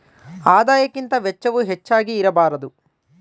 ಆದಾಯಕ್ಕಿಂತ ವೆಚ್ಚವು ಹೆಚ್ಚಾಗಿ ಇರಬಾರದು